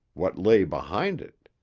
what lay behind it?